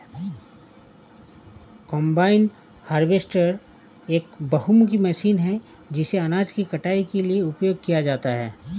combine harvester एक बहुमुखी machine है जिसे अनाज की कटाई के लिए उपयोग किया जाता है